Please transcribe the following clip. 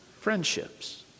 friendships